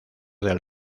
del